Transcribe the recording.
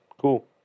cool